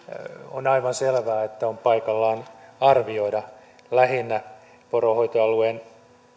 on aivan selvää että on paikallaan arvioida lähinnä poronhoitoalueen